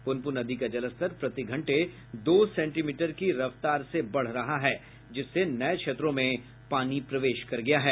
पुनपुन नदी प्रति घंटे दो सेंटी मीटर की रफ्तार से बढ़ रहा है जिससे नये क्षेत्रों में पानी प्रवेश कर गया है